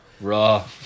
raw